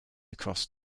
across